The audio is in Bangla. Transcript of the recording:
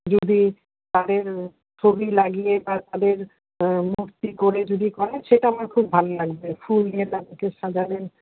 যদি পারেন ছবি লাগিয়ে বা তাদের মূর্তি গড়ে যদি করেন সেটা আমার খুব ভালো লাগবে ফুল দিয়ে সাজালেন